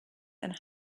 and